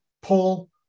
Paul